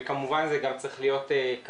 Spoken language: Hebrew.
כפי שציינו,